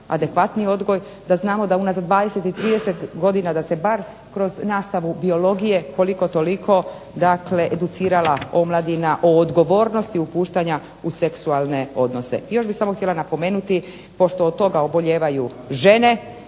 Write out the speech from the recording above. adekvatniji odgoj da znamo da unazad 20 i 30 godina da se bar kroz nastavu biologije koliko toliko dakle educirala omladina o odgovornosti upuštanja u seksualne odnose. Još bih samo htjela napomenuti pošto od toga obolijevaju žene